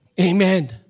Amen